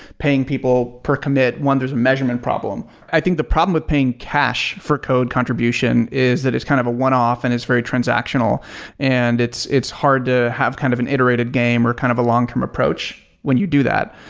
paying people per commit. one, there's a measurement problem. i think the problem with paying cash for code contribution is that is kind of a one-off and is very transactional and it's it's hard to have kind of an iterated game or kind of a long-term approach when you do that.